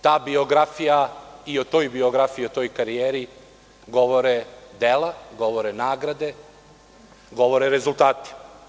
Ta biografija i o toj biografiji i o toj karijeri govore dela, govore nagrade, govore rezultati.